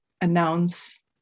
announce